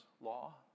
Law